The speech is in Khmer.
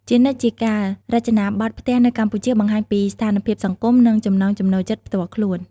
ជានិច្ចជាកាល រចនាបថផ្ទះនៅកម្ពុជា បង្ហាញពីស្ថានភាពសង្គម និងចំណង់ចំណូលចិត្តផ្ទាល់ខ្លួន។